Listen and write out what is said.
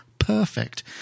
perfect